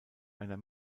einer